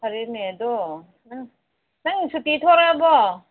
ꯐꯔꯦꯅꯦ ꯑꯗꯣ ꯅꯪ ꯅꯪ ꯁꯨꯇꯤ ꯊꯣꯔꯛꯑꯕꯣ